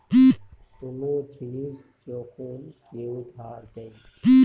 কোন জিনিস যখন কেউ ধার দেয়